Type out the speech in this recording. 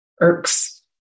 irks